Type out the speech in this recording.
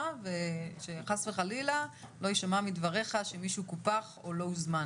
ושחס וחלילה לא ישמע מדבריך שמישהו קופח או לא הוזמן.